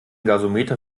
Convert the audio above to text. gasometer